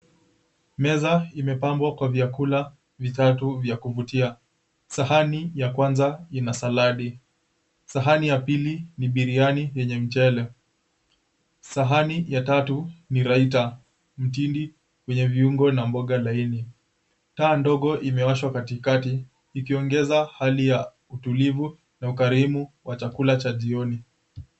Meza imepangwa kwa vyakula vitatu vya kuvutia. Sahani ya kwanza ina saladi, sahani ya pili ni biriani yenye mchele, sahani ya tatu ni raita mtindi wenye viungo na mboga laini. Taa ndogo imewashwa katikati, ikiongeza hali ya utulivu na ukarimu kwa chakula cha jioni.